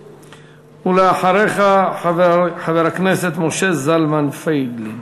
ואחריך, חבר הכנסת משה זלמן פייגלין.